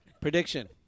prediction